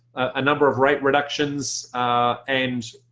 a number of rate reductions and